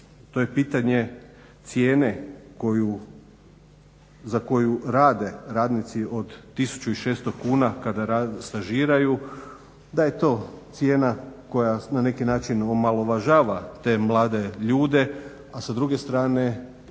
to je pitanje cijene za koju rade radnici od tisuću 600 kuna kada stažiraju, da je to cijena koja na neki način omalovažava te mlade ljude, a sa druge strane